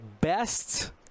best